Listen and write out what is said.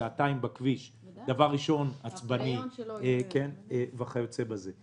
שעתיים בכביש הוא עצבני וכיוצא בזה.